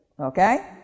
Okay